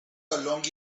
along